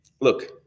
Look